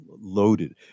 loaded